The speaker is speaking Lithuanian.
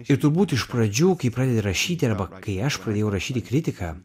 ir turbūt iš pradžių kai pradedi rašyti arba kai aš pradėjau rašyti kritiką